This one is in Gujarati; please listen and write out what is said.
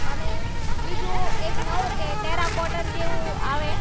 અને બીજું એક નવું કે ટેરાકોટર જેવું આવે